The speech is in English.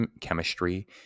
chemistry